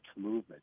movement